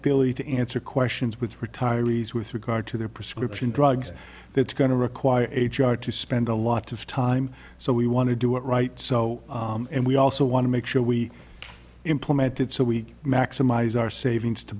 really to answer questions with retirees with regard to their prescription drugs it's going to require a chart to spend a lot of time so we want to do it right so and we also want to make sure we implemented so we maximize our savings to